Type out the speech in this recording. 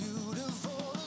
beautiful